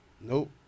Nope